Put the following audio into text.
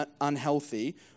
unhealthy